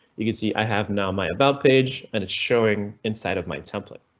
you can see i have now my about page and it's showing inside of my template.